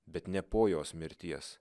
bet ne po jos mirties